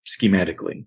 schematically